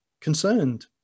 concerned